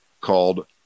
called